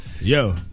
Yo